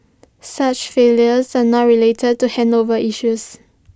such failures are not related to handover issues